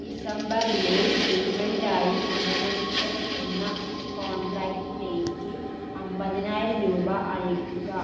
ഡിസംബറിലെ പേയ്മെൻറ്റായി ഉടമസ്ഥൻ എന്ന കോൺട്രാക്റ്റിലേക്ക് അൻപതിനായിരം രൂപ അയക്കുക